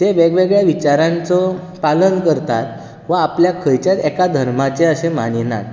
जे वेगवेगळ्या विचारांचें पालन करतात वा आपल्याक खंयच्याच एका धर्माचें अशें मानिनात